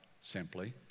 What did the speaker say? simply